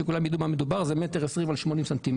כדי שכולם ידעו במה מדובר - זה 1.20 מטר על 80 סנטימטרים.